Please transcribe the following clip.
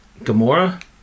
gamora